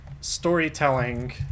storytelling